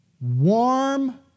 warm